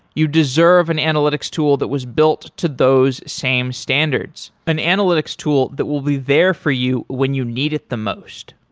you deserve an analytics tool that was built to those same standards, an analytics tool that will be there for you when you needed the most.